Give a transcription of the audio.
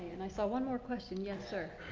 and i saw one more question. yes sir.